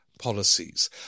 Policies